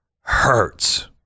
hurts